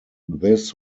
this